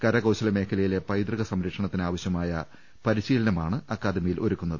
കരകൌശലമേഖലയിലെ പൈതൃക സംരക്ഷണത്തിന് ആവശ്യമായ പരിശീലനമാണ് അക്കാദമിയിൽ ഒരുക്കുന്നത്